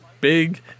Big